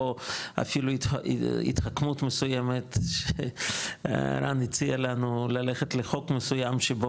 לא אפילו התחכמות מסוימת שרם הציע לנו ללכת לחוק מסוים שבו